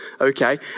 okay